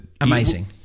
Amazing